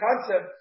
concept